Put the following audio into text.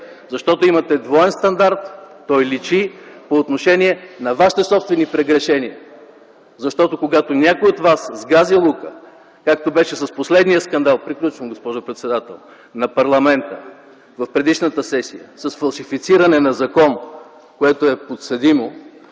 Защото имате двоен стандарт. Той личи по отношение на вашите собствени прегрешения. Защото, когато някой от вас сгази лука, както беше с последния скандал на парламента в предишната сесия с фалшифициране на закон, което е подсъдимо,